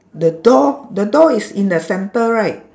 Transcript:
the door the door is in the centre right